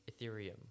Ethereum